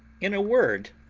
in a word,